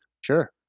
Sure